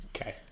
Okay